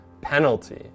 penalty